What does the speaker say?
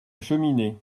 cheminée